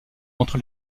entre